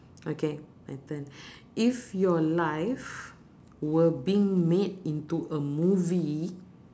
okay my turn if your life were being made into a movie